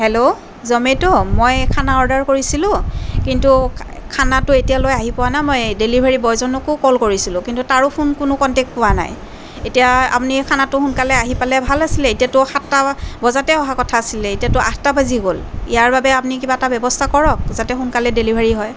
hello Zomato মই খানা order কৰিছিলোঁ কিন্তু খানাটো এতিয়ালৈ আহি পোৱা নাই মই ডেলিভাৰী বয়জনকো কল কৰিছিলোঁ কিন্তু তাৰো ফোন কোনো কণ্টেক্ট পোৱা নাই এতিয়া আপুনি খানাটো সোনকালে আহি পালে ভাল আছিলে এতিয়াতো সাতটা বজাতে অহা কথা আছিলে এতিয়াটো আঠটা বাজি গ'ল ইয়াৰ বাবে আপুনি কিবা এটা ব্যৱস্থা কৰক যাতে সোনকালে ডেলিভাৰী হয়